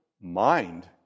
mind